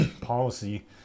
policy